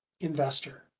investor